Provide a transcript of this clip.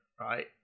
right